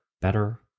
better